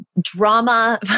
drama